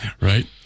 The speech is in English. right